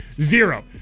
Zero